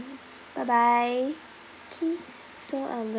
bye bye okay so um we'll